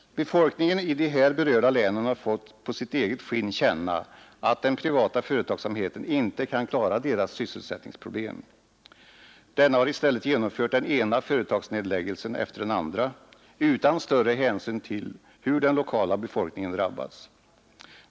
Befolkningen i de här berörda länen har på sitt eget skinn fått känna att den privata företagsamheten inte kan klara människornas sysselsättningsproblem. Företagen har i stället genomfört den ena nedläggelsen efter den andra utan större hänsyn till hur den lokala befolkningen drabbats.